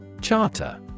Charter